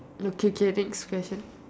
okay okay next question